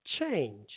change